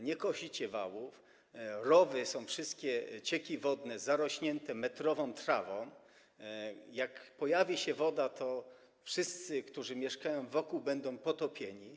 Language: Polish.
Nie kosicie wałów, wszystkie rowy, cieki wodne są zarośnięte metrową trawą, jak pojawi się woda, to wszyscy, którzy mieszkają wokół, będą potopieni.